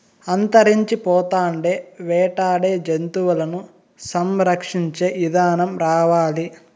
అంతరించిపోతాండే వేటాడే జంతువులను సంరక్షించే ఇదానం రావాలి